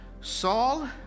Saul